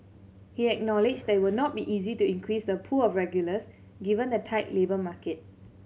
he acknowledged that it will not be easy to increase the pool of regulars given the tight labour market